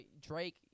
Drake